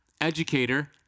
educator